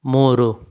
ಮೂರು